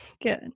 good